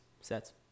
sets